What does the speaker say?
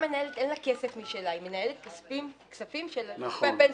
אין לה כסף משלה, היא מנהלת כספי פנסיה.